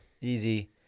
easy